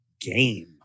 game